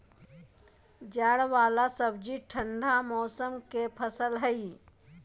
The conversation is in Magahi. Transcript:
जड़ वाला सब्जि ठंडा मौसम के फसल हइ